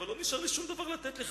'אבל לא נשאר לי שום דבר לתת לך,